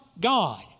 God